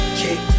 kick